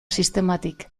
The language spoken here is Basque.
sistematik